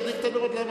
ידליק את הנרות.